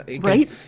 Right